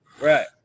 right